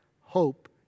hope